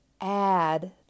add